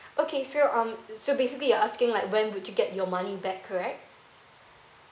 okay so um so basically you're asking like when would you get your money back correct